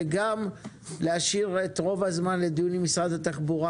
וגם להשאיר את רוב הזמן לדיון עם משרד התחבורה,